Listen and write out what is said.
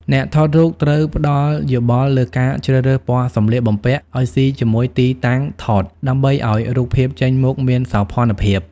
អ្នកថតរូបត្រូវផ្ដល់យោបល់លើការជ្រើសរើសពណ៌សម្លៀកបំពាក់ឱ្យស៊ីជាមួយទីតាំងថត ដើម្បីឱ្យរូបភាពចេញមកមានសោភ័ណភាព។